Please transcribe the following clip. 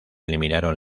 eliminaron